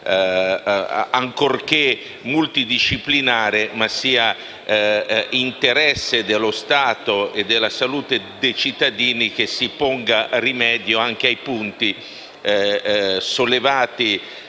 ancorché multidisciplinare, riteniamo sia d'interesse dello Stato e della salute dei cittadini che si ponga rimedio anche ai punti sollevati